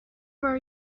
borrow